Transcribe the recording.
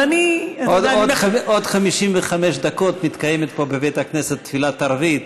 בעוד 55 דקות מתקיימת פה בבית הכנסת תפילת ערבית.